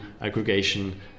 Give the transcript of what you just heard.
aggregation